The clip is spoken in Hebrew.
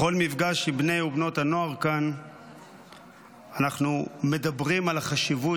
בכל מפגש עם בני ובנות הנוער כאן אנחנו מדברים על החשיבות